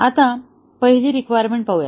आता पहिली रिक्वायरमेंट पाहू